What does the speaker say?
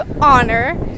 honor